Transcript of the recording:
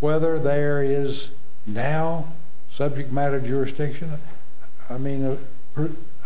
whether there is now subject matter jurisdiction i mean